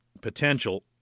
potential